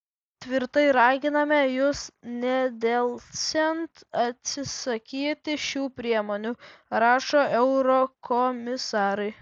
tvirtai raginame jus nedelsiant atsisakyti šių priemonių rašo eurokomisarai